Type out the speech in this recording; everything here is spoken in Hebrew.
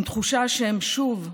עם תחושה שהם שוב לבד,